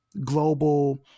global